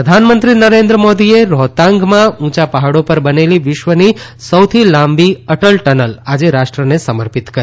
રોહતાંગ પ્રધાનમંત્રી નરેન્દ્ર મોદીએ રોહતાંગમાં ઊંચા પહાડો પર બનેલી વિશ્વની સૌથી લાંબી અટલ ટનલ આજે રાષ્ટ્રને સમર્પિત કરી